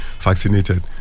vaccinated